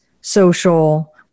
social